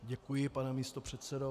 Děkuji, pane místopředsedo.